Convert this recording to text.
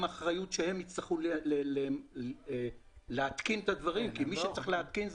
אחריות שהם יצטרכו להתקין את הדברים כי מי שצריך להתקין,